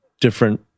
different